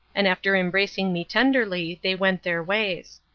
and after embracing me tenderly, they went their ways.